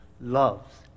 loves